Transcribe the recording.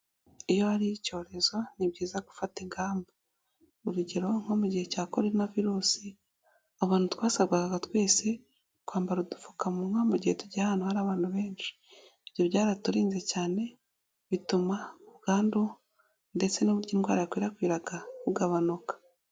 Iyo hari icyorezo ni byiza gufata ingamba. Urugero nko mu gihe cya koronavirus abantu twasabwagaga twese kwambara udupfukamunwa mu gihe tugiye ahantu hari abantu benshi. Ibyo byaraturinze cyane bituma ubwandu ndetse n'uburyo indwara yakwirakwiraga bugabanuka.